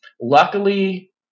luckily